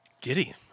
Giddy